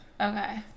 Okay